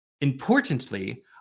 importantly